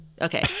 Okay